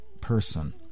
person